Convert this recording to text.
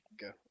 go